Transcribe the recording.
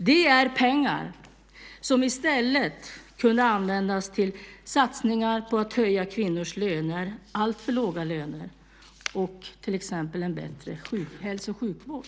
Det är pengar som i stället kunde användas till satsningar på att höja kvinnors alltför låga löner och på till exempel en bättre sjuk och hälsovård.